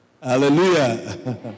Hallelujah